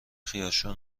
خیارشور